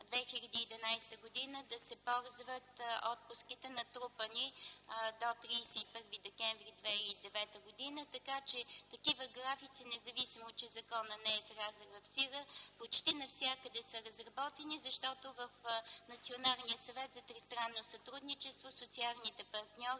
2011 г. да се ползват отпуските, натрупани до 31 декември 2009 г., така че такива графици, независимо че законът не е влязъл в сила, почти навсякъде са разработени, защото в Националния съвет за тристранно сътрудничество социалните партньори